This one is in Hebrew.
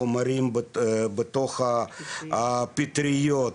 חומרים בתוך הפטריות,